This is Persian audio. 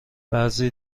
بعضی